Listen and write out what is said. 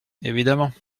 évidemment